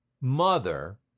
mother